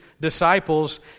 disciples